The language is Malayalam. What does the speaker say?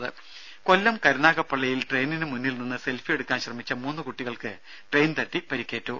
ദേദ കൊല്ലം കരുനാഗപ്പള്ളിയിൽ ട്രെയിനിനു മുന്നിൽ നിന്ന് സെൽഫി എടുക്കാൻ ശ്രമിച്ച മൂന്ന് കുട്ടികൾക്ക് ട്രെയിൻ തട്ടി പരിക്കേറ്റു